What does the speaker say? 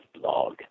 blog